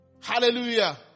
Hallelujah